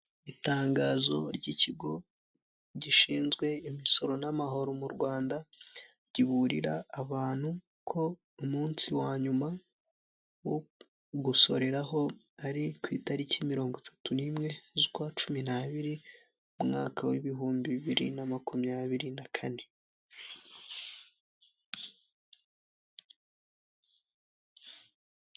Itangazo ry'ikigo gishinzwe imisoro n'amahoro mu Rwanda, riburira abantu ko umunsi wa nyuma wo gusoreraho ari ku itariki mirongo itatu n'imwe z'ukwa cumi n'abiri, umwaka w'ibihumbi bibiri na makumyabiri na kane.